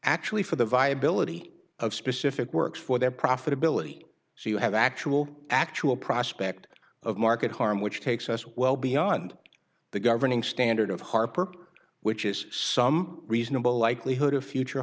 actually for the viability of specific work for their profitability so you have actual actual prospect of market harm which takes us well beyond the governing standard of harper which is some reasonable likelihood of future